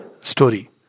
story